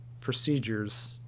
procedures